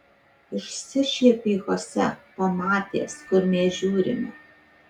išsišiepė chose pamatęs kur mes žiūrime